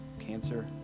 cancer